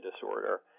disorder